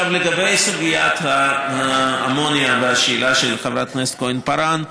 עכשיו לגבי סוגיית האמוניה והשאלה של חברת הכנסת כהן-פארן.